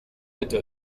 hätte